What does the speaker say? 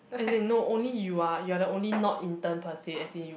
as in no only you are you are the only not intern per se as in you